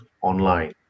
Online